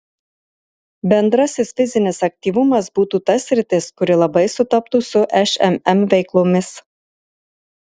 bendrasis fizinis aktyvumas būtų ta sritis kuri labai sutaptų su šmm veiklomis